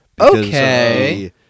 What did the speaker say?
Okay